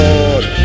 Lord